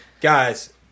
guys